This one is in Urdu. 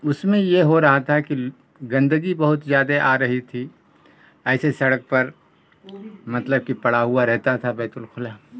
اس میں یہ ہو رہا تھا کہ گندگی بہت زیادہ آ رہی تھی ایسے سڑک پر مطلب کہ پڑا ہوا رہتا تھا بیت الخلا